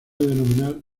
denominar